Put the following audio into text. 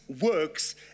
works